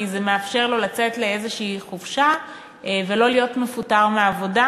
כי זה מאפשר לו לצאת לאיזושהי חופשה ולא להיות מפוטר מהעבודה.